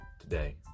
today